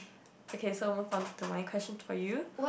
okay so move on to my question for you